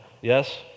Yes